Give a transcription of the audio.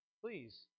please